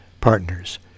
partners